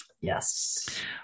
yes